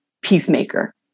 peacemaker